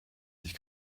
sich